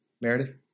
Meredith